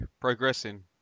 progressing